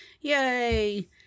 Yay